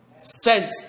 Says